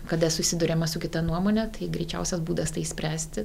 kada susiduriama su kita nuomone tai greičiausias būdas tai spręsti